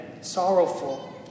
sorrowful